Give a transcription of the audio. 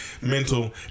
mental